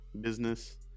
business